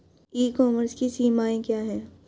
ई commerce की सीमाएं क्या हैं?